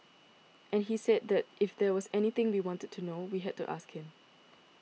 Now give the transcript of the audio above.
and he said that if there was anything we wanted to know we had to ask him